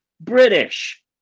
British